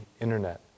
internet